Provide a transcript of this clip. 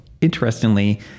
interestingly